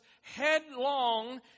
headlong